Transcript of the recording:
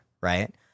Right